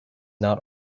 not